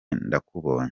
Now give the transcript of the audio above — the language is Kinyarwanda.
ndakubonye